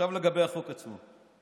עכשיו לגבי החוק הזה.